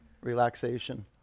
relaxation